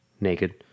Naked